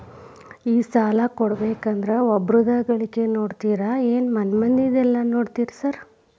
ಈ ಸಾಲ ಕೊಡ್ಬೇಕಂದ್ರೆ ಒಬ್ರದ ಗಳಿಕೆ ನೋಡ್ತೇರಾ ಏನ್ ಮನೆ ಮಂದಿದೆಲ್ಲ ನೋಡ್ತೇರಾ ಸಾರ್?